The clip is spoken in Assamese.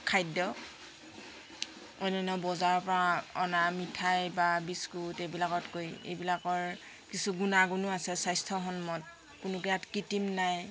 খাদ্য অন্যান্য বজাৰৰ পৰা অনা মিঠাই বা বিস্কুট এইবিলাকতকৈ এইবিলাকৰ কিছু গুণাগুণো আছে স্বাস্থ্যসন্মত কোনো ইয়াত কৃত্ৰিম নায়